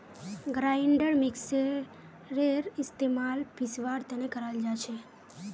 grinder मिक्सरेर इस्तमाल पीसवार तने कराल जाछेक